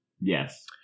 Yes